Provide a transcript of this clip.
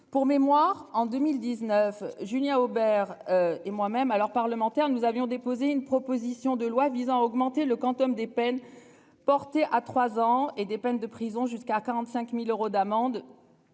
Pour mémoire en 2019, Julien Aubert et moi-même alors parlementaire nous avions déposé une proposition de loi visant à augmenter le quantum des peines portées à 3 ans et des peines de prison jusqu'à 45.000 euros d'amende.